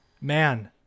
man